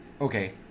Okay